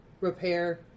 repair